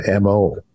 mo